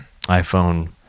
iPhone